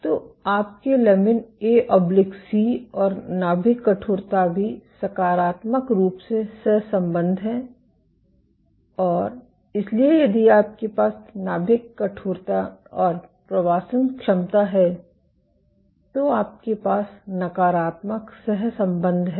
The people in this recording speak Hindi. तो आपके लमिन ए सी और नाभिक कठोरता भी सकारात्मक रूप से सहसंबंध हैं और इसलिए यदि आपके पास नाभिक कठोरता और प्रवासन क्षमता है तो आपके पास नकारात्मक सहसंबंध है